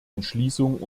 entschließung